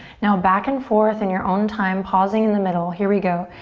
now back and forth in your own time, pausing in the middle, here we go.